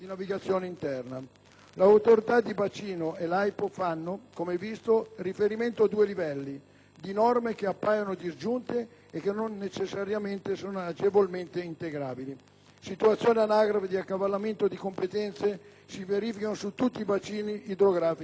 L'autorità di bacino e l'AIPO fanno - come si è visto -riferimento a due «livelli» di norme che appaiono disgiunte e che non necessariamente sono agevolmente integrabili. Situazioni analoghe di accavallamento di competenze si verificano su tutti i bacini idrografici nazionali.